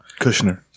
Kushner